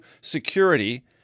security